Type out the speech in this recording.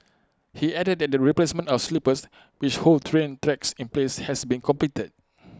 he added that the replacement of sleepers which hold train tracks in place has been completed